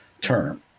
term